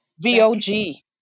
V-O-G